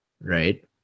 Right